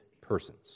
persons